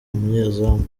umunyezamu